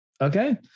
Okay